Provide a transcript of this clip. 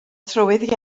trywydd